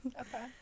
Okay